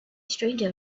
stranger